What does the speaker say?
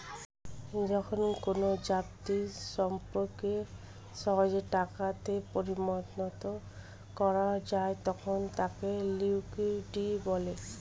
যখন কোনো যাবতীয় সম্পত্তিকে সহজেই টাকা তে পরিণত করা যায় তখন তাকে লিকুইডিটি বলে